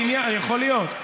יכול להיות.